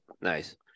Nice